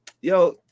yo